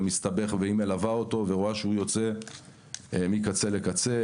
היא מלווה אותו ורואה שהוא יוצא מקצה לקצה,